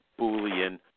boolean